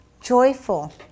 joyful